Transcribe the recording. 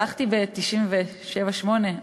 הלכתי ב-1997 1998,